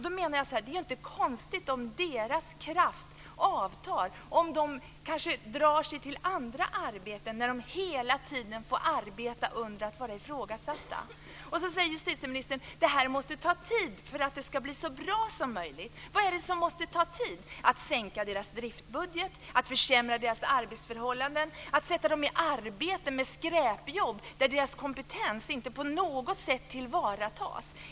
Det är inte konstigt om männens kraft avtar eller om de drar sig till andra arbeten, eftersom de hela tiden är ifrågasatta. Justitieministern säger att det måste ta tid om det ska bli bra. Vad är det som måste ta tid? Tar det tid att minska styrkans driftbudget, försämra arbetsförhållandena eller att sätta männen att utföra skräpjobb, där deras kompetens inte på något sätt tillvaratas?